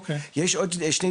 אין שום